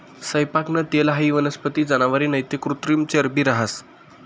सैयपाकनं तेल हाई वनस्पती, जनावरे नैते कृत्रिम चरबी रहास